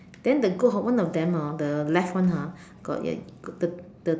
then the goat hor one of them hor the left one ah got the the